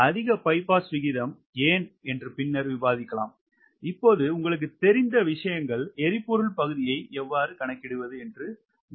அதிக bypass விகிதம் ஏன் என்று பின்னர் விவாதிக்கப்படும் இப்போது உங்களுக்குத் தெரிந்த விஷயங்கள் எரிபொருள் பகுதியை எவ்வாறு கணக்கிடுவது என்று நாங்கள் கருதுகிறோம்